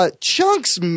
Chunks